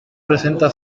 presenta